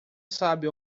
sabe